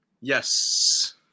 Yes